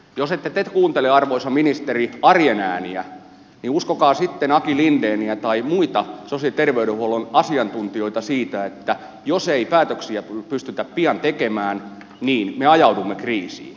jos ette te kuuntele arvoisa ministeri arjen ääniä niin uskokaa sitten aki lindeniä tai muita sosiaali ja terveydenhuollon asiantuntijoita siinä että jos ei päätöksiä pystytä pian tekemään niin me ajaudumme kriisiin